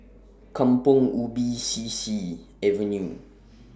Kampong Ubi C C Avenue